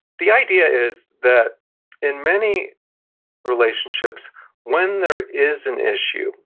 the idea is that in many relationships when there is an issue,